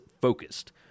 focused